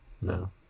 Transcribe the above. No